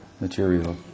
material